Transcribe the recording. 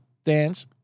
stands